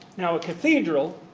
now a cathedral